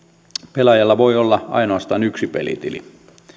pelaajalla voi olla ainoastaan yksi pelitili